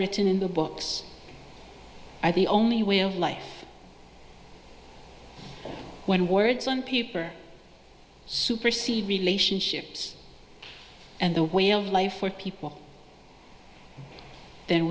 written in the books are the only way of life when words on paper supersede relationships and the way of life for people th